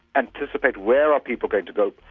anticipate where are people going to go,